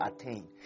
attain